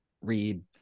read